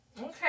Okay